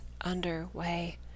underway